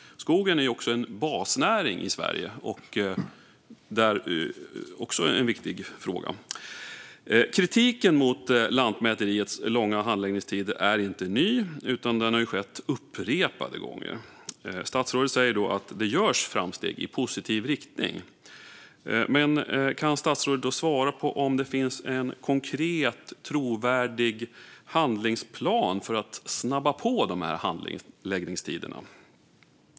Skogen är ju en basnäring i Sverige och därmed också en viktig fråga. Kritiken mot Lantmäteriets långa handläggningstider är inte ny utan har skett upprepade gånger. Statsrådet säger att det görs framsteg i positiv riktning. Kan statsrådet då svara på om det finns en konkret, trovärdig handlingsplan för att snabba på de här handläggningstiderna?